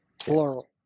Plural